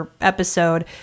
episode